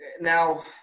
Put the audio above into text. Now